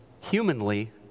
humanly